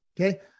Okay